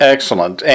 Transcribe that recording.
Excellent